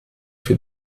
für